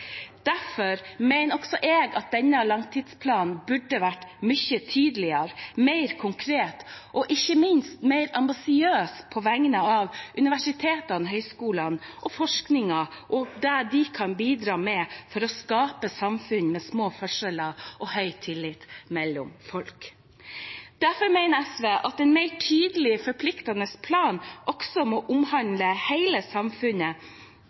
Derfor mener også jeg at denne langtidsplanen burde vært mye tydeligere, mer konkret og ikke minst mer ambisiøs på vegne av universitetene, høyskolene og forskningen om det de kan bidra med for å skape et samfunn med små forskjeller og høy tillit mellom folk. Derfor mener SV at en mer tydelig, forpliktende plan også må